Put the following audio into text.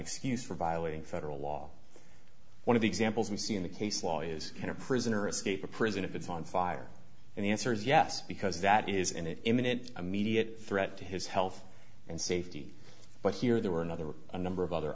excuse for violating federal law one of the examples we see in the case law is in a prisoner escape or prison if it's on fire and the answer is yes because that is in imminent immediate threat to his health and safety but here there were another a number of other